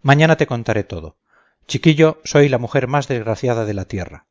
mañana te contaré todo chiquillo soy la mujer más desgraciada de la tierra